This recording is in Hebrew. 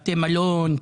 בתי מלון,